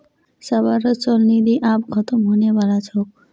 सबहारो चल निधि आब ख़तम होने बला छोक